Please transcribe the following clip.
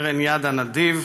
קרן יד הנדיב,